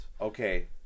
Okay